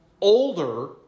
older